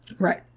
Right